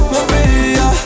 Maria